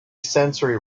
sensory